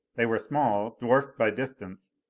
they were small, dwarfed by distance,